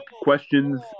questions